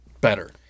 better